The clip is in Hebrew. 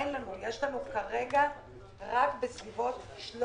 רק כדי לסבר את האוזן,